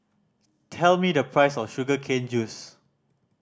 tell me the price of sugar cane juice